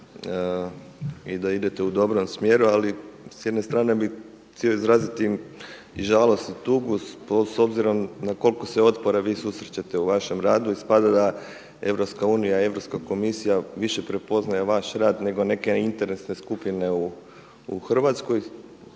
i da idete u dobrom smjeru. Ali s jedne strane bi htio izraziti i žalost i tugu s obzirom na koliko se otpora vi susrećete u vašem radu. Ispada da EU i Europska komisija više prepoznaje vaš rad nego neke interesne skupine u Hrvatskoj.